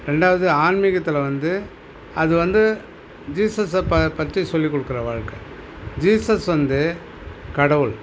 ரெண்டாவது ஆன்மீகத்தில் வந்து அது வந்து ஜீசஸ்ஸை ப பற்றிச் சொல்லிக் குடுக்குற வாழ்க்கை ஜீஸஸ் வந்து கடவுள்